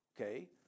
okay